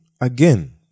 again